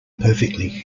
perfectly